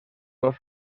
dos